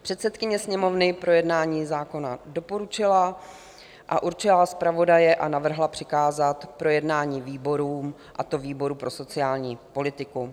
Předsedkyně Sněmovny projednání zákona doporučila a určila zpravodaje a navrhla přikázat projednání výborům, a to výboru pro sociální politiku.